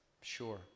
sure